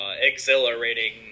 exhilarating